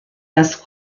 das